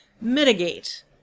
mitigate